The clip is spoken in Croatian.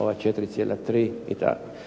ova 4,3